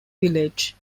village